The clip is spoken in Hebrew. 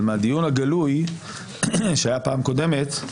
אבל באופן כללי מהדיון הגלוי שהיה בפעם הקודמת,